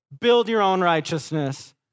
build-your-own-righteousness